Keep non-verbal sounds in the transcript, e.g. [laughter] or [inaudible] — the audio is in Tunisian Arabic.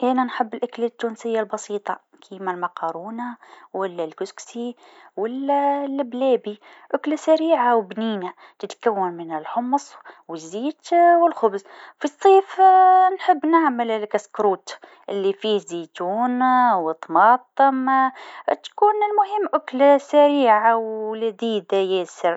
أنا نحب الماكله التونسيه البسيطه كيما المقرونه ولا الكسكسي ولا [hesitation] اللبلابي أكله سريعه و بنينه تتكون من الحمص والزيت [hesitation] و الخبز، في الصيف [hesitation] نحب نعمل كسكروت اللي فيه زيتون و طماطم ، تكون المهم أكله سريعه و لذيذه ياسر.